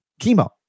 Chemo